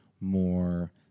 more